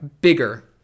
bigger